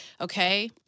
okay